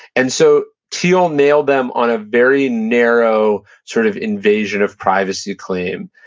and so thiel nailed them on a very narrow sort of invasion of privacy claim.